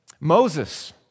Moses